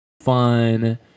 fun